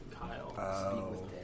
Kyle